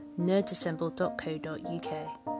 nerdassemble.co.uk